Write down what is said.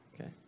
okay